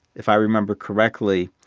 if i remember correctly,